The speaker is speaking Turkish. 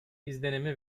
izlenimi